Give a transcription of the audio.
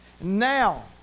Now